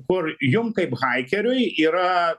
kur jum kaip haikeriui yra